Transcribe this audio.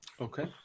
Okay